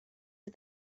you